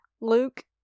Luke